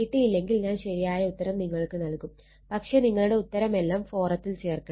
കിട്ടിയിട്ടില്ലെങ്കിൽ ഞാൻ ശരിയായ ഉത്തരം നിങ്ങൾക്ക് നൽകും പക്ഷെ നിങ്ങളുടെ ഉത്തരം എല്ലാം ഫോറത്തിൽ ചേർക്കണം